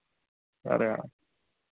अरे यार